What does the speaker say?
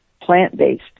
plant-based